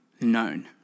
known